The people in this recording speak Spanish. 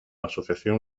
asociación